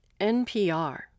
NPR